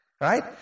right